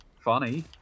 funny